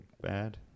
bad